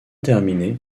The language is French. terminée